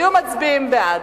היו מצביעים בעד.